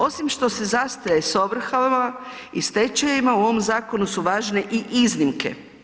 Osim što se zastaje s ovrhama i stečajevima u ovom zakonu su važne i iznimke.